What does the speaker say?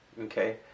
Okay